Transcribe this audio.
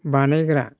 बानायग्रा